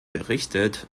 berichtet